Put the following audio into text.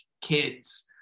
kids